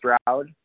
Stroud